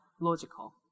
logical